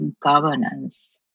governance